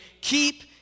keep